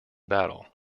battle